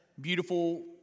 beautiful